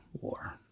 War